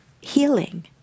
healing